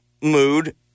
mood